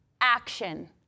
action